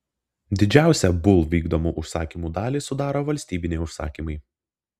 didžiausią bull vykdomų užsakymų dalį sudaro valstybiniai užsakymai